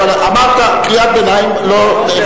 אבל אמרת קריאת ביניים, לא מעבר.